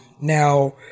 Now